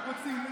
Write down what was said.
רוצים להתנגד.